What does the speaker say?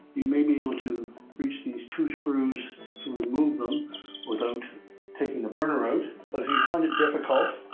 you may be able to reach these two screws to remove them without taking the burner out, but if you find it difficult,